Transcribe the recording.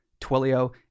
Twilio